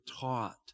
taught